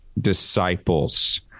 disciples